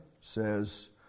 says